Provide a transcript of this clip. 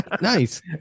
Nice